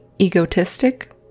egotistic